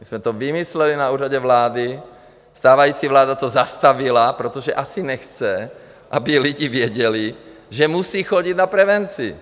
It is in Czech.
My jsme to vymysleli na Úřadě vlády, stávající vláda to zastavila, protože asi nechce, aby lidi věděli, že musí chodit na prevenci.